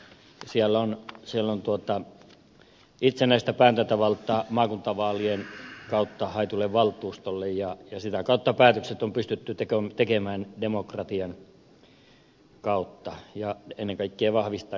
siellä on itsenäistä päätäntävaltaa maakuntavaalien kautta haetulle valtuustolle ja sitä kautta päätökset on pystytty tekemään demokratian kautta ja ennen kaikkea vahvistaen demokratiaa